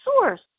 source